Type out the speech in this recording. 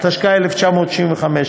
התשכ"ה 1965,